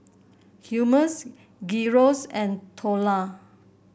Hummus Gyros and Dhokla